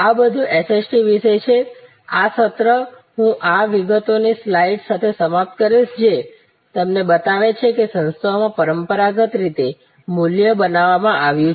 આ બધું SST વિશે છે આ સત્ર હું આ વિગતોની સ્લાઇડ સાથે સમાપ્ત કરીશ જે તમને બતાવે છે કે સંસ્થાઓમાં પરંપરાગત રીતે મૂલ્ય બનાવવામાં આવ્યું છે